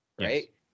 Right